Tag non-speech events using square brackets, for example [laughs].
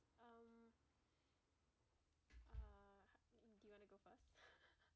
um uh do you want to go first [laughs]